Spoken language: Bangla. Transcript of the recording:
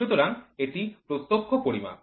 সুতরাং এটি প্রত্যক্ষ পরিমাপ